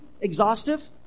exhaustive